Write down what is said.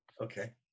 Okay